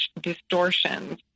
distortions